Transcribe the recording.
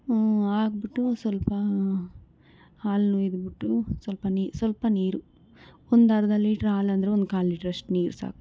ಹ್ಞೂ ಹಾಕ್ಬಿಟ್ಟು ಸ್ವಲ್ಪ ಹಾಲು ಹುಯಿದ್ಬಿಟ್ಟು ಸ್ವಲ್ಪ ನೀ ಸ್ವಲ್ಪ ನೀರು ಒಂದು ಅರ್ಧ ಲೀಟ್ರ್ ಹಾಲೆಂದ್ರೆ ಒಂದು ಕಾಲು ಲೀಟ್ರಷ್ಟು ನೀರು ಸಾಕು